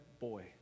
boy